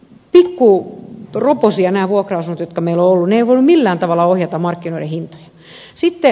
ne eivät ole voineet millään tavalla ohjata markkinoiden hintoja